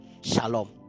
Shalom